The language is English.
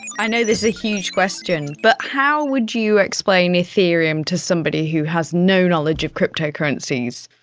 i know this is a huge question, but how would you explain ethereum to somebody who has no knowledge of cryptocurrencies?